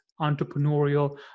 entrepreneurial